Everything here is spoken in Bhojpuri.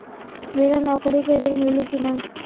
बिना नौकरी के ऋण मिली कि ना?